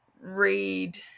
read